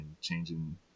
changing